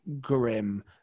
grim